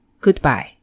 Goodbye